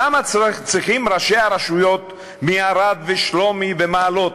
למה צריכים ראשי הרשויות מערד, שלומי ומעלות,